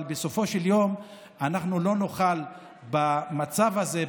אבל בסופו של יום אנחנו לא נוכל במצב הזה,